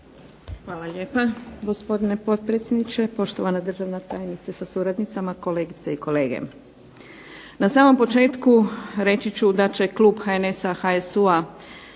Hvala lijepa gospodine potpredsjedniče. Poštovana državna tajnice sa suradnicima, kolegice i kolege. Na samom početku reći ću da će klub HNS-a, HSU-a